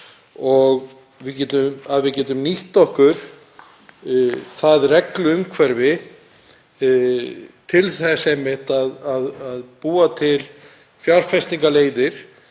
og að við getum nýtt okkur það regluumhverfi til þess einmitt að búa til fjárfestingarleiðir